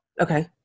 Okay